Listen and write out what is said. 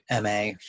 MA